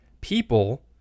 people